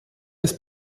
das